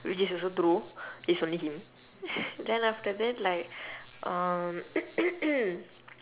which is also true is only him then after that like um